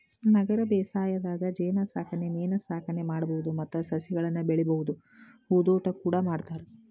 ನಗರ ಬೇಸಾಯದಾಗ ಜೇನಸಾಕಣೆ ಮೇನಸಾಕಣೆ ಮಾಡ್ಬಹುದು ಮತ್ತ ಸಸಿಗಳನ್ನ ಬೆಳಿಬಹುದು ಹೂದೋಟ ಕೂಡ ಮಾಡ್ತಾರ